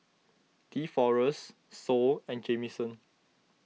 Deforest Sol and Jamison